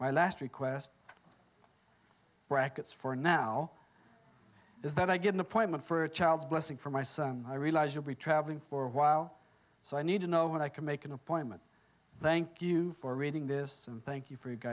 my last request brackets for now is that i get an appointment for a child's blessing for my son i realize you'll be traveling for a while so i need to know when i can make an appointment thank you for reading this and thank you for